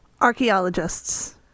Archaeologists